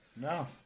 No